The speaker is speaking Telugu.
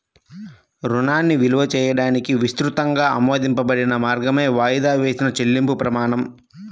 రుణాన్ని విలువ చేయడానికి విస్తృతంగా ఆమోదించబడిన మార్గమే వాయిదా వేసిన చెల్లింపు ప్రమాణం